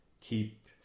keep